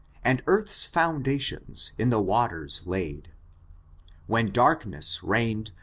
and earth s foundations in the waters laid when darkness reign'd,